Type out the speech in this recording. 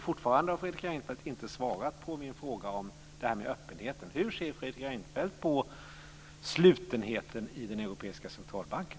Fortfarande har Fredrik Reinfeldt inte svarat på min fråga om det här med öppenheten. Hur ser Fredrik Reinfeldt på slutenheten i den Europeiska centralbanken?